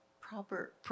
proper